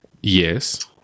Yes